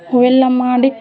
ಅವೆಲ್ಲ ಮಾಡಿ